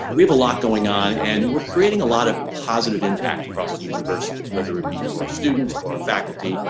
we have a lot going on, and we're creating a lot of positive impact across the universities whether it be for our students, for our ah faculty,